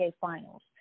Finals